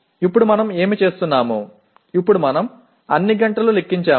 இப்போது நாம் என்ன செய்கிறோம் இப்போது எல்லா மணிநேரங்களையும் எண்ணுகிறோம்